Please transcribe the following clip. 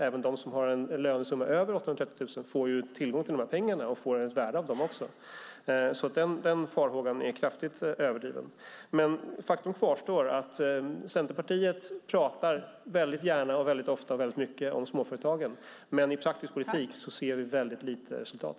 Även de som har en lönesumma över 830 000 får tillgång till pengarna och får värde av dem. Den farhågan är kraftigt överdriven. Faktum kvarstår. Centerpartiet pratar väldigt gärna, ofta och mycket om småföretagen, men i praktisk politik ser vi väldigt lite resultat.